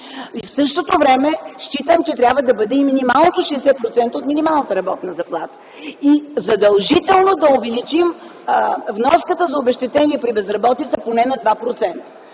В същото време считам, че и минималното трябва да бъде 60% от минималната работна заплата. И задължително да увеличим вноската за обезщетение при безработица поне на 2%,